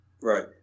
Right